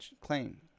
claim